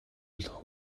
болох